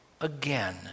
again